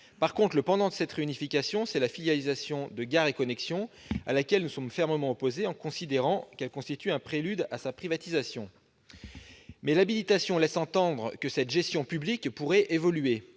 revanche, le pendant de cette réunification, c'est la filialisation de Gares & Connexions à laquelle nous sommes fermement opposés, car nous considérons qu'elle constitue un prélude à sa privatisation. Mais l'habilitation laisse entendre que cette gestion publique pourrait évoluer.